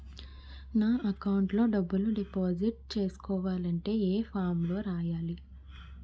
నా అకౌంట్ లో డబ్బులు డిపాజిట్ చేసుకోవాలంటే ఏ ఫామ్ లో రాయాలి?